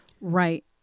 Right